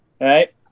Right